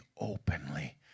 openly